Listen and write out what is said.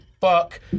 fuck